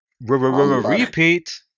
Repeat